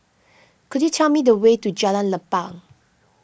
could you tell me the way to Jalan Lapang